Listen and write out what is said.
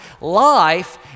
life